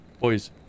boys